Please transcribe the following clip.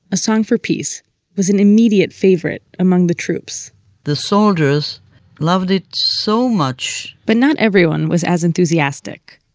a song for peace was an immediate favorite among the troops the soldiers loved it so much but not everyone was as enthusiastic.